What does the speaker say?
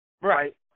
Right